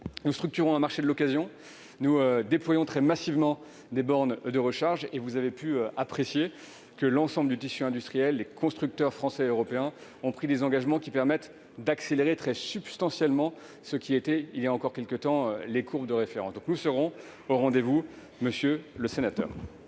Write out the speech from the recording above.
Nous structurons un marché de l'occasion ; nous déployons très massivement des bornes de recharge ; l'ensemble du tissu industriel, les constructeurs français et européens, ont pris des engagements permettant d'accélérer très substantiellement ce qui était, voilà quelque temps, les courbes de référence. Je le répète, nous serons au rendez-vous, monsieur le sénateur.